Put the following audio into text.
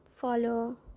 follow